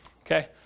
Okay